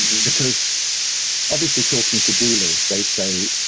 because obviously talking to dealers, they say,